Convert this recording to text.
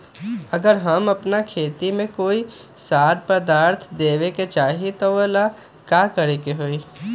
अगर हम अपना खेती में कोइ खाद्य पदार्थ देबे के चाही त वो ला का करे के होई?